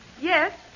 Yes